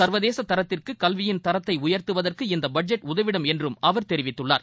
சா்வதேச தரத்திற்கு கல்வியின் தரத்தை உயா்த்துவதற்கு இந்த பட்ஜெட் உதவிடும் என்றும் அவா் தெரிவித்துள்ளார்